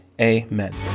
amen